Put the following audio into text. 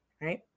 right